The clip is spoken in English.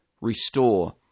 restore